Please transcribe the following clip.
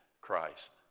Christ